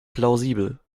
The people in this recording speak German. plausibel